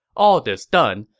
all this done,